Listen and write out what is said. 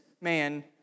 man